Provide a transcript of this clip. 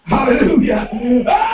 Hallelujah